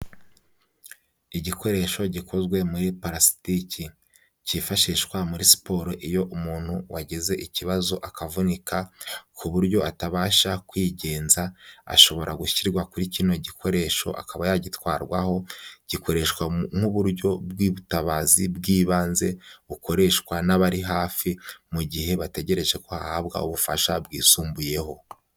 Igikoresho gikozwe muri palasitiki. Kifashishwa muri siporo iyo umuntu wagize ikibazo akavunika ku buryo atabasha kwigenza ashobora gushyirwa kuri kino gikoresho akaba yagitwarwaho gikoreshwa nk'uburyo bw'ubutabazi bw'ibanze bukoreshwa n'abari hafi mu gihe bategereje ko ahabwa ubufasha bwisumbuyeho.